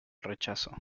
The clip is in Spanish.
rechazo